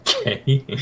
Okay